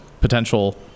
potential